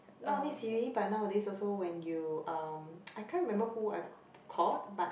not only Siri but nowadays also when you um I can't remember who I called but